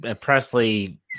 Presley